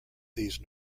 these